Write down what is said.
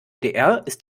ist